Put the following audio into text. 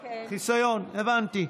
חיסיון, הבנתי.